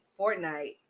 Fortnite